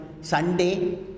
Sunday